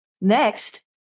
Next